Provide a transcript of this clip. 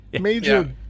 Major